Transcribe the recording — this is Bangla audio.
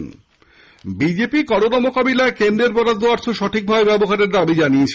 বাইট বিজেপি করোনা মোকাবিলায় কেন্দ্রের বরাদ্দ অর্থ সঠিকভাবে ব্যবহারের দাবি জানিয়েছে